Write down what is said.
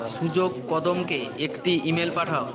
সুযোগ কদমকে একটি ইমেল পাঠাও